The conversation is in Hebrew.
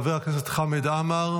חבר הכנסת יוראי להב הרצנו,